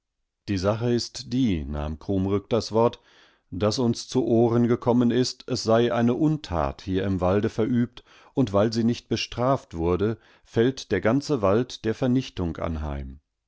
die sache ist die nahm krummrück das wort daß uns zu ohren gekommen ist es sei eine untat hier im walde verübt und weil sie nicht bestraftwurde fälltderganzewalddervernichtunganheim wasfüreine